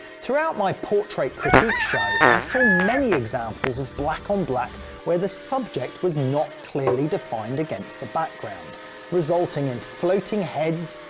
throughout my portrait critique show i saw many examples of black on black where the subject was not clearly defined against the background resulting in floating heads,